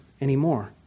anymore